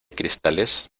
cristales